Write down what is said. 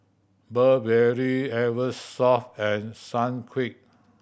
Burberry Eversoft and Sunquick